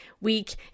week